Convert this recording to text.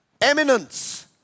Eminence